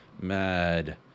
mad